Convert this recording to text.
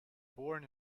born